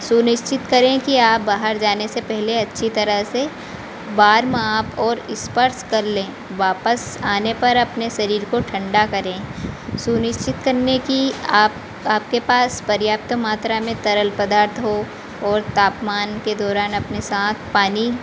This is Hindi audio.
सुनिश्चित करें कि आप बाहर जाने से पहले अच्छी तरह से वार्मअप और स्पर्स कर लें वापस आने पर अपने शरीर को ठंडा करें सुनिश्चित करने की आप आपके पास पर्याप्त मात्रा में तरल पदार्थ हो और तापमान के दौरान अपने साथ पानी